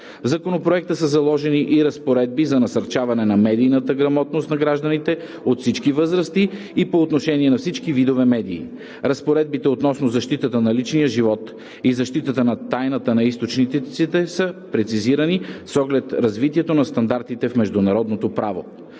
Законопроекта са заложени и разпоредби за насърчаване на медийната грамотност на гражданите от всички възрасти и по отношение на всички видове медии. Разпоредбите относно защитата на личния живот и защитата на тайната на източниците са прецизирани с оглед развитието на стандартите в международното право.